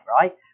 right